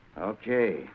Okay